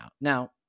Now